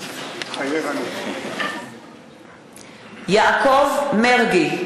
מתחייב אני יעקב מרגי,